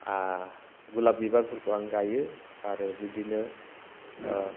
गलाप बिबारफोरखौ आं गाइयो आरो बिदिनो